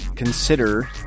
Consider